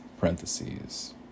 parentheses